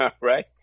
Right